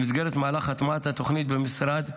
במסגרת מהלך הטמעת התוכנית במשרד,